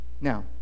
Now